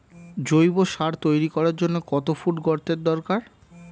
জৈব সার তৈরি করার জন্য কত ফুট গর্তের দরকার?